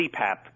CPAP